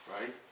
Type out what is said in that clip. right